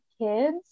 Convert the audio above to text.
kids